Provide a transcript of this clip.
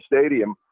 stadium